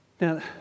Now